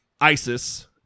ISIS